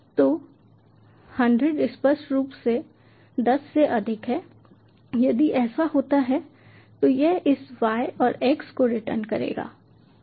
तो 100 स्पष्ट रूप से 10 से अधिक है यदि ऐसा होता है तो यह इस y और x को रिटर्न करेगा